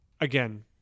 Again